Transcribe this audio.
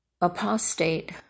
apostate